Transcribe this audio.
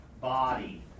body